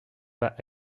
pas